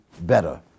better